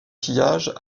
pillage